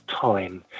time